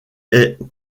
est